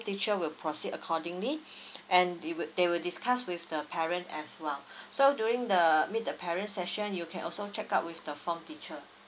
teacher will proceed accordingly and they would they will discuss with the parent as well so during the meet the parent session you can also check out with the form teacher